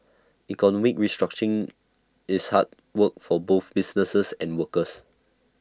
economic restructuring is hard work for both businesses and workers